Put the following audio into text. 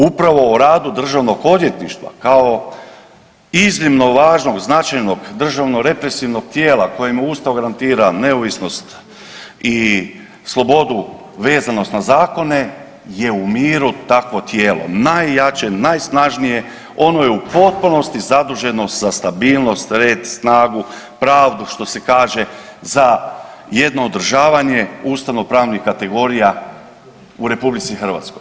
Upravo o radu državnog odvjetništva, kao iznimno važnog, značajnog državno represivnog tijela, kojemu Ustav garantira neovisnost i slobodu, vezanost na zakone, je u miru takvo tijelo najjače, najsnažnije, ono je u potpunosti zaduženo za stabilnost, red, snagu, pravdu što se kaže za jedno održavanje ustavno pravnih kategorija u RH.